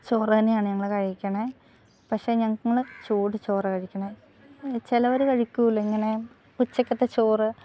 ചോറ് തന്നെയാണ് ഞങ്ങൾ കഴിക്കുന്നത് പക്ഷേ ഞങ്ങൾ ചൂട് ചോറാണ് കഴിക്കുന്നത് ചിലവർ കഴിക്കില്ലേ ഇങ്ങനെ ഉച്ചക്കത്തെ ചോറ്